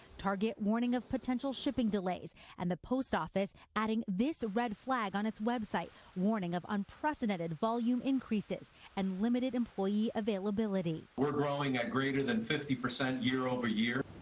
target warning of potential shipping delays and the post office adding this red flag on its website, warning of unprecedented volume increases and limited employee availability. we're growing at greater than fifty percent year over year.